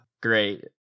great